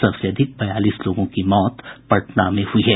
सबसे अधिक बयालीस लोगों की मौत पटना में हुई है